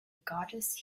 goddess